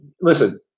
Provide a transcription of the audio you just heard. Listen